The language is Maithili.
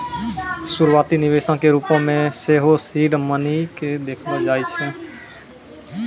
शुरुआती निवेशो के रुपो मे सेहो सीड मनी के देखलो जाय छै